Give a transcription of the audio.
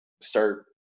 start –